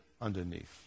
underneath